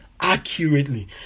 Accurately